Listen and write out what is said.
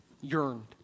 yearned